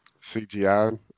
CGI